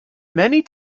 many